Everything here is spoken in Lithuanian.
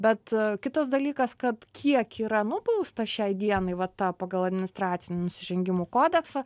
bet kitas dalykas kad kiek yra nubausta šiai dienai va ta pagal administracinių nusižengimų kodeksą